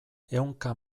ehunka